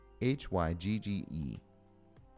h-y-g-g-e